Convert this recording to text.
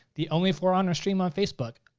the only four on stream on facebook.